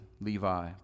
Levi